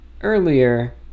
earlier